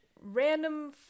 random